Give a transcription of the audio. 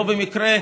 לא במקרה,